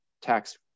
tax